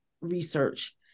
Research